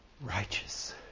righteous